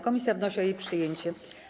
Komisja wnosi o jej przyjęcie.